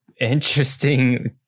interesting